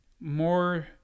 more